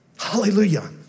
Hallelujah